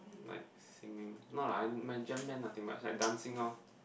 like singing no lah my jam band nothing much like dancing orh